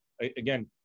again